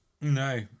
no